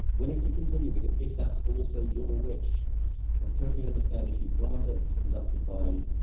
willing to continue with it, if that's also your wish. but i'd totally understand if you'd rather it was conducted by,